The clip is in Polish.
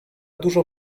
dużo